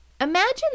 Imagine